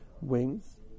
wings